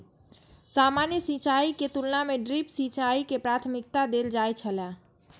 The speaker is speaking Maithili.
सामान्य सिंचाई के तुलना में ड्रिप सिंचाई के प्राथमिकता देल जाय छला